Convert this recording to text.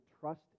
trust